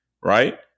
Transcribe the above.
Right